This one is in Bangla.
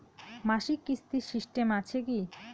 মাসিক কিস্তির সিস্টেম আছে কি?